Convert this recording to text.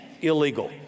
Illegal